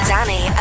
Danny